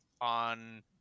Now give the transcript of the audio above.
on